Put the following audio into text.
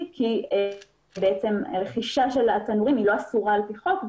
כי בעצם רכישה של התנורים היא לא אסורה על פי חוק,